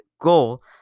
goal